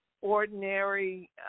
ordinary